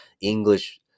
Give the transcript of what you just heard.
English